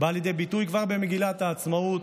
באות לידי ביטוי כבר במגילת העצמאות,